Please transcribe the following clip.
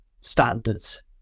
standards